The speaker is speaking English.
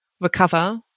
recover